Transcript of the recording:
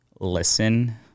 listen